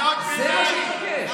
זה מה שאני מבקש.